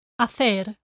hacer